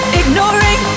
ignoring